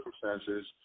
circumstances